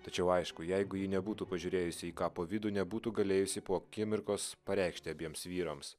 tačiau aišku jeigu ji nebūtų pažiūrėjusi į kapo vidų nebūtų galėjusi po akimirkos pareikšti abiems vyrams